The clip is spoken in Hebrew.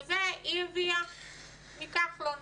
שזה היא הביאה מכחלון,